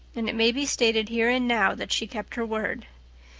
and it may be stated here and now that she kept her word.